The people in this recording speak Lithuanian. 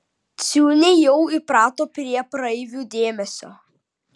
ciūniai jau įprato prie praeivių dėmesio